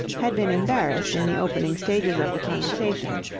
had been embarrassed in the opening stages of the conversation.